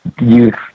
youth